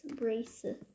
braces